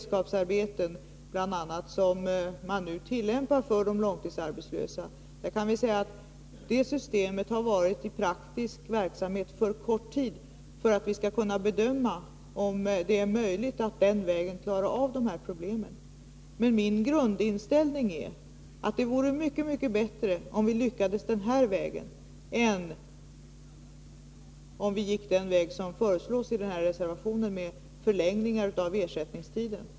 Det förturssystem i fråga om bl.a. beredskapsarbeten som man nu tillämpar för de långtidsarbetslösa har varit i praktisk verksamhet alltför kort tid för att vi skall kunna bedöma om det är möjligt att den vägen klara av problemen. Men min grundinställning är att det vore mycket bättre om vi lyckades den här vägen än om vi gick den väg som föreslås i den här reservationen med förlängning av ersättningstiden.